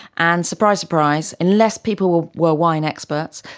and surprise, surprise unless people were were wine experts,